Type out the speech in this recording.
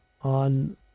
on